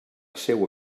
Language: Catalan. seua